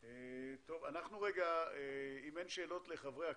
אם אין שאלות לחברי כנסת,